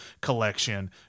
collection